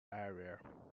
area